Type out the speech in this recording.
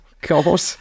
god